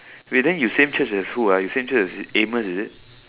wait then you same Church as who you same Church as Amos is it